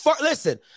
Listen